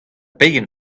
pegen